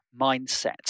mindset